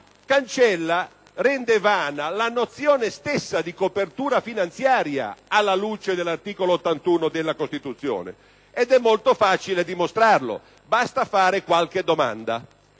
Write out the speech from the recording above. soprattutto, rende vana la nozione stessa di copertura finanziaria alla luce dell'articolo 81 della Costituzione. È molto facile dimostrarlo, perché basta porre qualche domanda.